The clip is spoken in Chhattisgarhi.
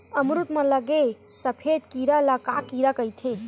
अमरूद म लगे सफेद कीरा ल का कीरा कइथे?